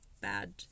bad